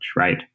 right